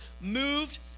moved